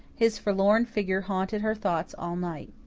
his forlorn figure haunted her thoughts all night.